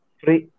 free